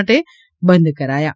માટે બંધ કરાયાં